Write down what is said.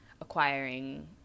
acquiring